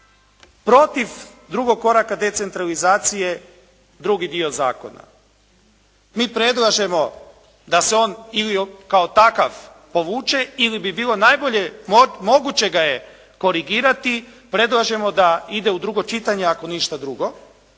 protiv drugog koraka decentralizacije, drugi dio zakona. Mi predlažemo da se on kao takav povuče ili bi bilo najbolje, mogućega je korigirati, predlažemo da ide u drugo čitanje, ako ništa drugo.